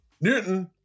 Newton